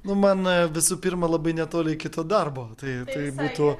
nu man visų pirma labai netoli iki to darbo tai tai būtų